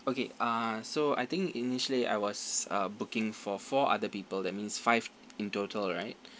okay uh so I think initially I was uh booking for four other people that means five in total right